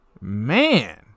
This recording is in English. man